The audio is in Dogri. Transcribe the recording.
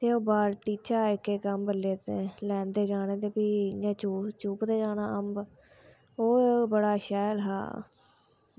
ते ओह् बाल्टी च इक इक अम्ब लैंदे जाना ते फ्ही इ'यां चूपदे जाना अम्ब ओह् बड़ा शैल हा